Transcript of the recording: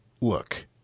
look